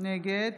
נגד